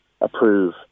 approve